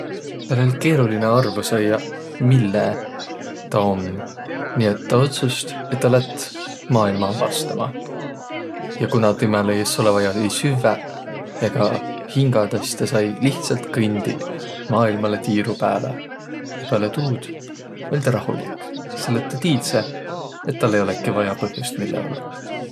Täl oll' keerolinõ arvo saiaq, mille tä om, nii et tä otsust', et tä lätt maailma avastama. Ja kuna timäle es olõq vaia ei süvväq ega hingädäq, sis tä sai lihtsält kõndiq maailmalõ tiiru pääle. Pääle tuud oll' tä rahulik, selle et tä tiidse, et täl ei olõki vaia põhjust, mille ollaq.